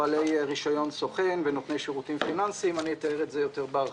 בעלי רישיון סוכן ונותני שירותים פיננסיים אתאר את זה יותר בהרחבה.